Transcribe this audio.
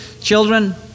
children